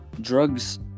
drugs